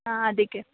ಹಾಂ ಅದಕ್ಕೆ